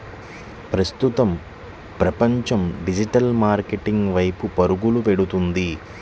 ప్రస్తుతం ప్రపంచం digital marketing వైపు పరుగులు పెడుతుంది